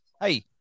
hey